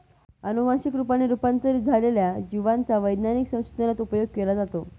अनुवंशिक रूपाने रूपांतरित झालेल्या जिवांचा वैज्ञानिक संशोधनात उपयोग केला जातो